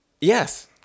yes